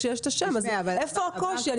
איפה הקושי?